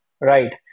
right